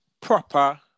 proper